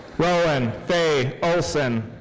rowyn fey olson.